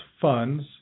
funds